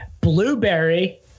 blueberry